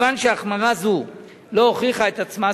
כיוון שהחמרה זו לא הוכיחה את עצמה,